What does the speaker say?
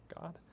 God